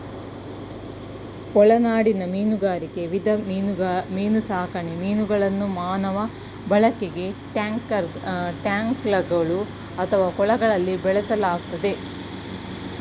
ಒಳನಾಡಿನ ಮೀನುಗಾರಿಕೆ ವಿಧ ಮೀನುಸಾಕಣೆ ಮೀನುಗಳನ್ನು ಮಾನವ ಬಳಕೆಗಾಗಿ ಟ್ಯಾಂಕ್ಗಳು ಅಥವಾ ಕೊಳಗಳಲ್ಲಿ ಬೆಳೆಸಲಾಗ್ತದೆ